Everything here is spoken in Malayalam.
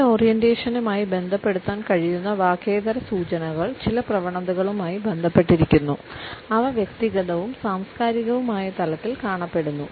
ഈ ഓറിയന്റേഷനുമായി ബന്ധപ്പെടുത്താൻ കഴിയുന്ന വാക്കേതര സൂചനകൾ ചില പ്രവണതകളുമായി ബന്ധപ്പെട്ടിരിക്കുന്നു അവ വ്യക്തിഗതവും സാംസ്കാരികവുമായ തലത്തിൽ കാണപ്പെടുന്നു